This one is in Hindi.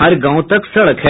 हर गांव तक सड़क है